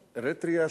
אריתריאה,